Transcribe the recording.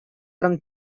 from